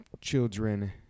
children